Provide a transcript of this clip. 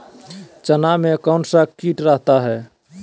चना में कौन सा किट रहता है?